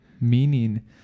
meaning